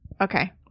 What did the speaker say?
Okay